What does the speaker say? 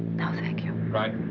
no, thank you. right.